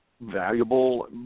valuable